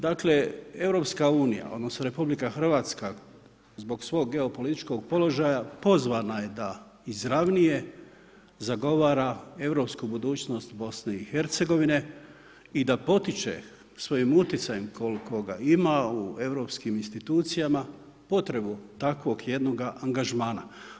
Dakle EU, odnosno RH zbog svog geopolitičkog položaja pozvana je da izravnije zagovara Europsku budućnost BiH i da potiče svojim uticajem koga ima u Europskim institucijama potrebu takvog jednoga angažmana.